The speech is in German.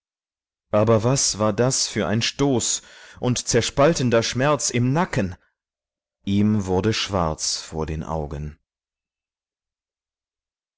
aber was war das für ein stoß und zerspaltender schmerz im nacken ihm wurde schwarz vor den augen